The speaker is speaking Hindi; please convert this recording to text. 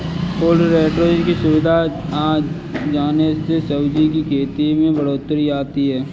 कोल्ड स्टोरज की सुविधा आ जाने से सब्जी की खेती में बढ़ोत्तरी आई है